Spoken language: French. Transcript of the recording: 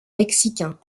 mexicains